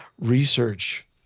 research